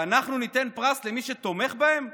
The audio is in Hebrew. ואנחנו ניתן פרס למי שתומך בהם?